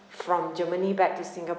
from germany back to singapore